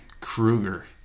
Krueger